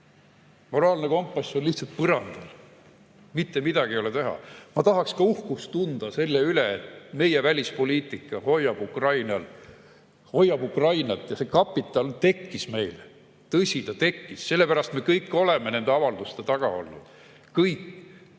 Moraalne kompass on lihtsalt põrandal! Mitte midagi ei ole teha. Ma tahaks ka uhkust tunda selle üle, et meie välispoliitika hoiab Ukrainat ja see kapital tekkis meile. Tõsi, ta tekkis. Sellepärast me kõik oleme nende avalduste taga olnud. Kõik!